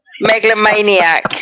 megalomaniac